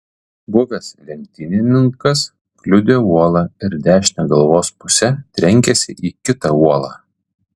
buvęs lenktynininkas kliudė uolą ir dešine galvos puse trenkėsi į kitą uolą